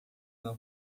não